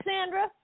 Sandra